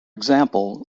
example